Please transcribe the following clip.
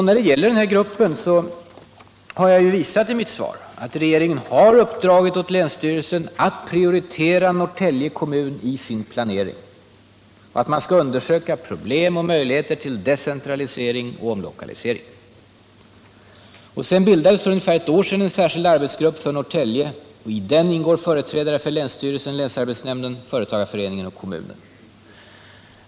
När det gäller frågan om inrättandet av en arbetsgrupp har jag i mitt svar framhållit att regeringen uppdragit åt länsstyrelsen att prioritera Norrtälje kommun i sin planering. Man skall undersöka problem och möjligheter till decentralisering och omlokalisering. Dessutom bildades för ca ett år sedan en särskild arbetsgrupp för Norrtälje. I den ingår företrädare för länsstyrelsen, länsarbetsnämnden, företagarföreningen och kommunen.